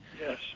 Yes